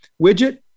widget